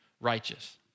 righteous